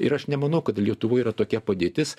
ir aš nemanau kad lietuvoj yra tokia padėtis